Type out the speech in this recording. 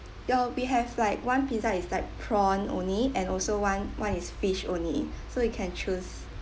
ya we have like one pizza is like prawn only and also one one is fish only so you can choose